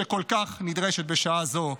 שכל כך נדרשת בשעה הזו.